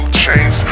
chains